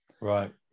right